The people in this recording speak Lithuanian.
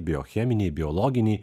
biocheminiai biologiniai